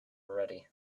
ready